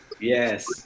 Yes